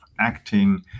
acting